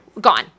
Gone